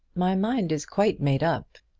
my mind is quite made up,